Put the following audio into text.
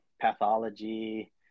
pathology